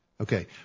Okay